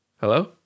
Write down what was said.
Hello